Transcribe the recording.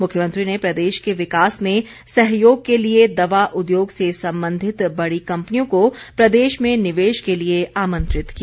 मुख्यमंत्री ने प्रदेश के विकास में सहयोग के लिए दवा उद्योग से संबंधित बड़ी कम्पनियों को प्रदेश में निवेश के लिए आमंत्रित किया